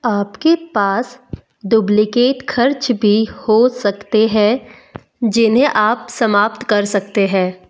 आपके पास डुब्लिकेट खर्च भी हो सकते है जिन्हें आप समाप्त कर सकते हैं